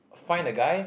find the guy